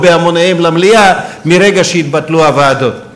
בהמוניהם למליאה ברגע שהתבטלו הוועדות.